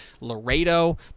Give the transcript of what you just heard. Laredo